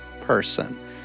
person